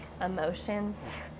emotions